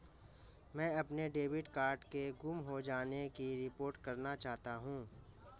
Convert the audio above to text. मैं अपने debit card के गुम हो जाने की रिपोर्ट करना चाहता हूँ